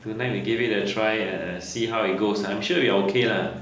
tonight we give it a try uh see how it goes I'm sure we're okay lah